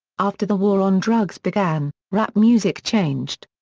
after the war on drugs began, rap music changed.